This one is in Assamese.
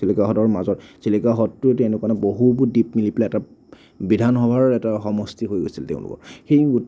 চিলিকা হ্ৰদৰ মাজত চিলিকা হ্ৰদটো এইটো এনেকুৱা ন বহুবোৰ দ্বীপ মিলি পেলাই এটা বিধান সভাৰ এটা সমষ্টি হৈ গৈছিল তেওঁলোকৰ সেই